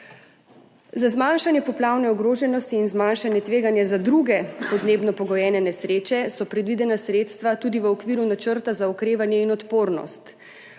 Za zmanjšanje poplavne ogroženosti in zmanjšanje tveganja za druge podnebno pogojene nesreče so predvidena sredstva tudi v okviru načrta za okrevanje in odpornost.